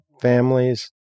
families